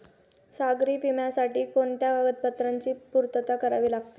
सागरी विम्यासाठी कोणत्या कागदपत्रांची पूर्तता करावी लागते?